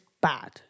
bad